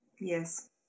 Yes